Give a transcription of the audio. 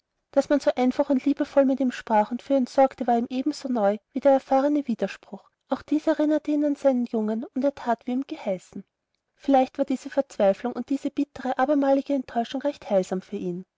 daß man so einfach und liebevoll mit ihm sprach und für ihn sorgte war ihm ebenso neu wie der erfahrene widerspruch auch dies erinnerte ihn an seinen jungen und er that wie ihm geheißen vielleicht war diese verzweiflung und diese bittere abermalige enttäuschung recht heilsam für ihn